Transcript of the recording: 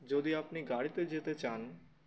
যদি আপনি গাড়িতে যেতে চান